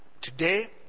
Today